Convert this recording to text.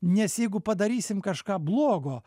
nes jeigu padarysim kažką blogo